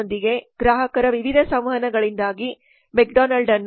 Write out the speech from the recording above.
Donaldಸ್ನೊಂದಿಗಿನ ಗ್ರಾಹಕರ ವಿವಿಧ ಸಂವಹನಗಳಿಂದಾಗಿ ಮೆಕ್ಡೊನಾಲ್ಡ್Mc